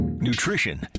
nutrition